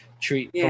treat